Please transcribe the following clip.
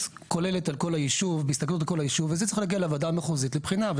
כוללת של כל הישוב וזה צריך להגיע לוועדה המחוזית לבחינה.